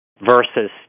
versus